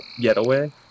Getaway